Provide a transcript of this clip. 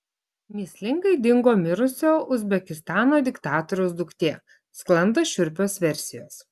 mįslingai dingo mirusio uzbekistano diktatoriaus duktė sklando šiurpios versijos